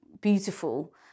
beautiful